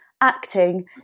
acting